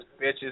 bitches